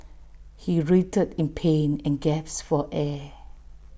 he writhed in pain and gasped for air